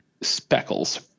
speckles